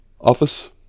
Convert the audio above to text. office